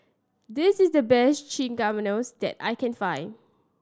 this is the best Chimichangas that I can find